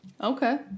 Okay